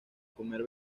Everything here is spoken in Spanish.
comer